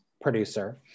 producer